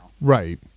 right